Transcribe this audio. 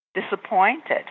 disappointed